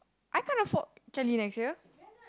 I can't afford Cali next year